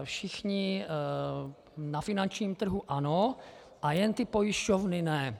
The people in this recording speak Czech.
Všichni na finančním trhu ano, jen ty pojišťovny ne.